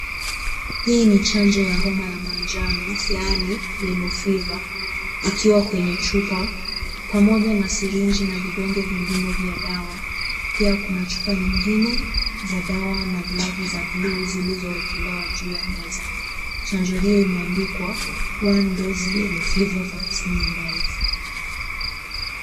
Hii ni chanjo ya homa ya manjano, yaani yellow feaver. Ikiwa kwenye chupa, pamoja na sirinji na vidonge vingine vya dawa. Pia kuna chupa nyingine za dawa na glavu za buluu zilizowekelewa juu ya meza. Chanjo hiyo imeandikwa one doze yellow feaver vaccine live .